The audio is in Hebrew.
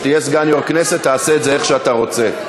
כשתהיה סגן יו"ר הכנסת, תעשה את זה איך שאתה רוצה.